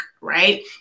right